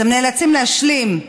אז הם נאלצים להשלים לדיור,